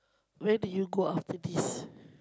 where did you go after this